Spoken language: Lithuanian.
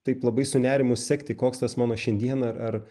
taip labai su nerimu sekti koks tas mano šiandiena ar